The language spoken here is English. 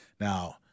Now